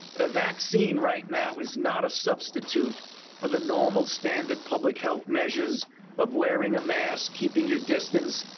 the vaccine right now is not a substitute for the normal standard public health measures of wearing a mask, keeping your distance,